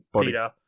Peter